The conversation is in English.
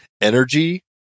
energy